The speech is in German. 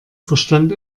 verstand